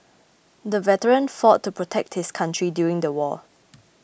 the veteran fought to protect his country during the war